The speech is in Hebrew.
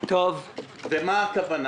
למה הכוונה